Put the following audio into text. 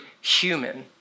human